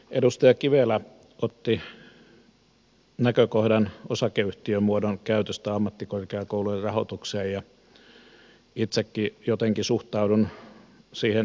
edustaja kivelä esitti näkökohdan osakeyhtiömuodon käytöstä ammattikorkeakoulujen rahoitukseen ja itsekin jotenkin suhtaudun siihen skeptisesti